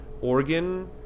organ